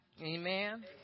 Amen